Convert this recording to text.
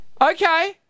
Okay